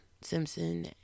Simpson